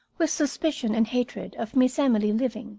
with suspicion and hatred of miss emily living